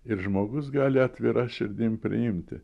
ir žmogus gali atvira širdim priimti